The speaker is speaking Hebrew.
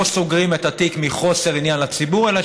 שלא סוגרים את התיק מחוסר עניין לציבור אלא